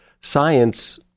Science